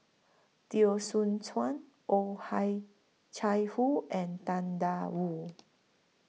Teo Soon Chuan Oh Hi Chai Hoo and Tang DA Wu